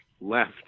left